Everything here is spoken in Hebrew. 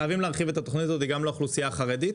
חייבים להרחיב את התוכנית הזאת גם לאוכלוסייה החרדית,